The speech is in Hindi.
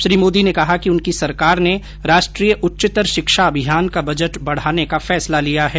श्री मोदी ने कहा कि उनकी सरकार ने राष्ट्रीय उच्चतर शिक्षा अभियान का बजट बढाने का फैसला लिया है